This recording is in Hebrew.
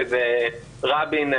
שזה רבין,